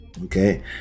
okay